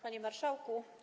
Panie Marszałku!